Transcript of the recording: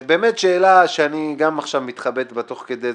שאלה שאני גם מתחבט בה תוך כדי,